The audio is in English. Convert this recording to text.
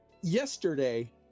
yesterday